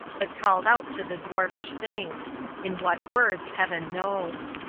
but called out to the dwarfish thing in what words heaven knows.